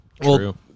True